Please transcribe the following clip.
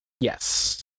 Yes